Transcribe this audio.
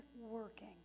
working